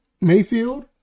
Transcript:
mayfield